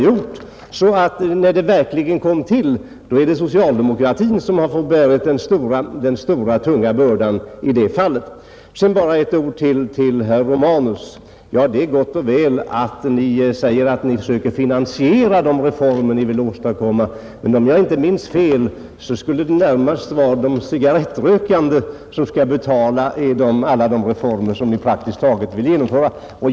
Jag vill bara betona att när den började förverkligas, så var det socialdemokratin som fick bära den stora tunga bördan. Sedan ett par ord till herr Romanus! Det är gott och väl att ni inom folkpartiet vill finansiera de reformer ni föreslår. Men om jag inte minns fel var det i stort sett bara cigarrettrökarna som skulle betala alla de reformer ni ville genomföra.